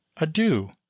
adieu